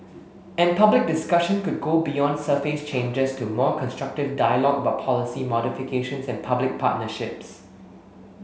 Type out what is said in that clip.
and public discussion could go beyond surface changes to more constructive dialogue about policy modifications and public partnerships